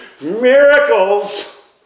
Miracles